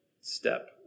step